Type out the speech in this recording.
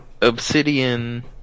Obsidian